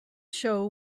show